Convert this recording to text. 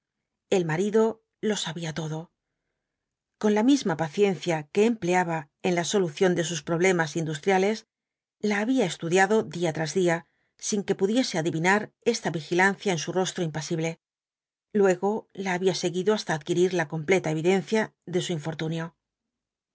el marido lo sabía todo con la misma paciencia que empleaba en la solución de sus problemas industriales la había estudiado día tras día sin que pudiese adivinar esta vigilancia en su rostro impasible luego la había seguido hasta adquirir la completa evidencia de su infortunio